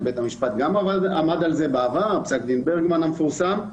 בית המשפט עמד על זה בעבר בפסק דין ברגמן המפורסם.